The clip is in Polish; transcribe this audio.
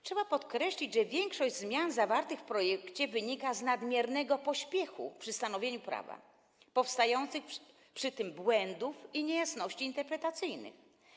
Trzeba podkreślić, że większość zmian zawartych w projekcie wynika z nadmiernego pośpiechu przy stanowieniu prawa oraz powstających przy tym błędów i niejasności interpretacyjnych.